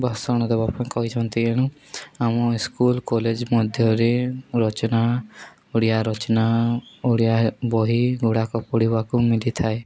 ଭାଷଣ ଦେବା ପାଇଁ କହିଛନ୍ତି ଏଣୁ ଆମ ସ୍କୁଲ କଲେଜ ମଧ୍ୟରେ ରଚନା ଓଡ଼ିଆ ରଚନା ଓଡ଼ିଆ ବହି ଗୁଡ଼ାକ ପଢ଼ିବାକୁ ମିଳିଥାଏ